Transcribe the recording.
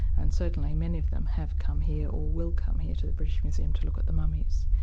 and certainly many of them have come here or will come here to the british museum to look at the mummies.